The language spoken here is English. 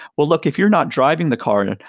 well look, if you're not driving the car, and